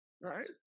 Right